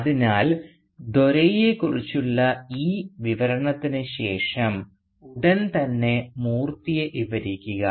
അതിനാൽ ദോരൈയെക്കുറിച്ചുള്ള ഈ വിവരണത്തിന് ശേഷം ഉടൻ തന്നെ മൂർത്തിയെ വിവരിക്കുക